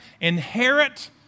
inherit